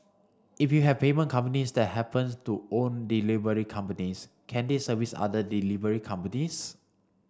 if you have payment companies that happens to own delivery companies can they service other delivery companies